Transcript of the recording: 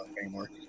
anymore